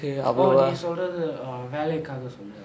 oh சொல்றது வேலைக்காக சொல்றியா:solrathu velaikkaaga solriyaa